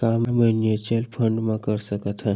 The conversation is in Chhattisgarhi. का म्यूच्यूअल फंड म कर सकत हन?